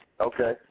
Okay